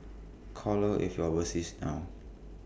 call her if you are overseas now